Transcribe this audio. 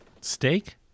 Steak